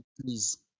please